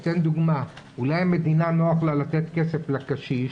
אתן דוגמה, אולי למדינה נוח לתת כסף לקשיש